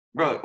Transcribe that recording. Bro